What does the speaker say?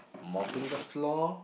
mopping the floor